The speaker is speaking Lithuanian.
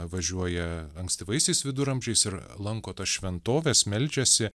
važiuoja ankstyvaisiais viduramžiais ir lanko tas šventoves meldžiasi